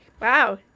Wow